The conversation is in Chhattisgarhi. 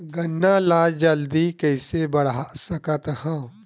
गन्ना ल जल्दी कइसे बढ़ा सकत हव?